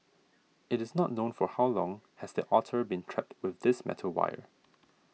it is not known for how long has the otter been trapped with this metal wire